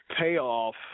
payoff